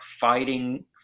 fighting